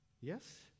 yes